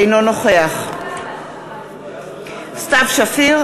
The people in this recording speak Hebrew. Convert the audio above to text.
אינו נוכח סתיו שפיר,